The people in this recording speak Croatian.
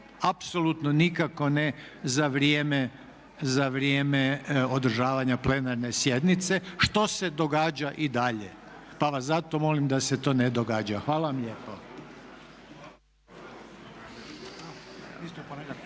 apsolutno nikako ne za vrijeme održavanja plenarne sjednice što se događa i dalje. Pa vas zato molim da se to ne događa. SJEDNICA JE